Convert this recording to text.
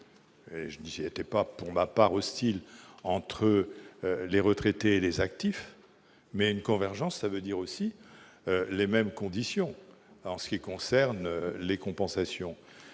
je n'y étais pas, pour ma part, hostile -entre les retraités et les actifs. Or une convergence, cela signifie aussi les mêmes conditions pour ce qui concerne les compensations.